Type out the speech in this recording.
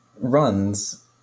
runs